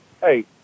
hey